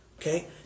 Okay